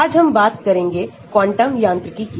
आज हम बात करेंगे क्वांटम यांत्रिकी की